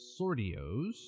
Sortios